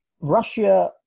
Russia